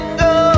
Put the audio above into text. go